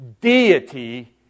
Deity